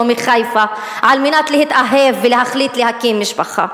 מחיפה על מנת להתאהב ולהחליט להקים משפחה?